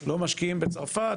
לא משקיעים בצרפת.